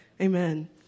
Amen